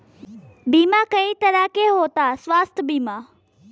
बीमा कई तरह के होता स्वास्थ्य बीमा?